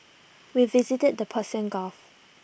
we visited the Persian gulf